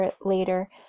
later